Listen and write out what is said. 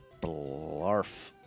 Blarf